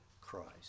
Christ